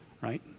Right